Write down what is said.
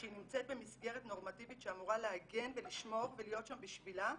כשהיא נמצאת במסגרת נורמטיבית שאמורה להגן ולשמור ולהיות שם בשבילה,